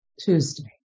Tuesday